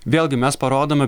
vėlgi mes parodome